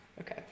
Okay